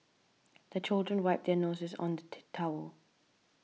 the children wipe their noses on the the towel